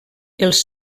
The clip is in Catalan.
els